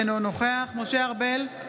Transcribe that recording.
אינו נוכח משה ארבל,